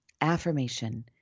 Affirmation